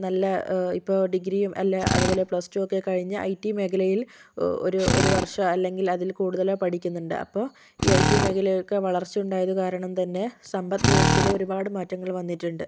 നല്ല ഇപ്പോൾ ഡിഗ്രിയും അല്ലേ അതുപോലെ പ്ലസ് ഒക്കെ കഴിഞ്ഞ് ഐ ടി മേഖലയില് ഒരു ഒരു വര്ഷമോ അല്ലെങ്കില് അതില് കൂടുതലോ പഠിക്കുന്നുണ്ട് അപ്പോൾ ഈ ഐ ടി മേഖലയൊക്കെ വളര്ച്ചയുണ്ടായത് കാരണം തന്നെ സമ്പത്ത് വ്യവസ്ഥയില് ഒരുപാട് മാറ്റങ്ങള് വന്നിട്ടുണ്ട്